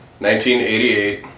1988